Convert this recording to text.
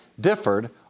differed